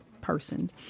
person